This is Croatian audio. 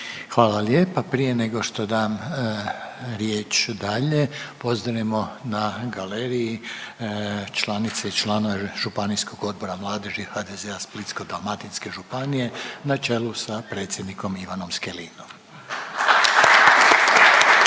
Hvala lijepa. Prije nego što dam riječ dalje, pozdravimo na galeriji članice i članove Županijskog odbora mladeži HDZ-a Splitsko-dalmatinske županije na čelu sa predsjednikom Ivanom Skelinom.